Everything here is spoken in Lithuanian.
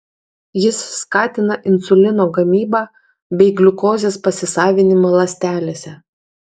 jis skatina insulino gamybą bei gliukozės pasisavinimą ląstelėse